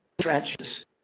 trenches